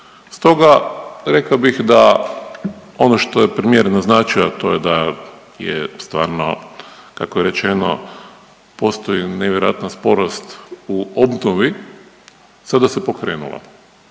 Stoga, rekao bih da ono što je primjerenog značaja, a to je da je stvarno, kako je rečeno, postoji nevjerojatno sporost u obnovi, sada se pokrenula.